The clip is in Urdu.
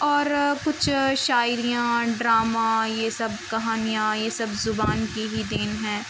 اور کچھ شاعریاں ڈرامہ یہ سب کہانیاں یہ سب زبان کی ہی دین ہیں